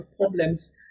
problems